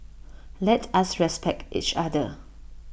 let us respect each other